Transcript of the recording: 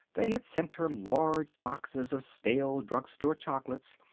they had sent her large boxes of stale drugstore chocolates,